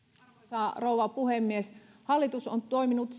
arvoisa rouva puhemies hallitus on toiminut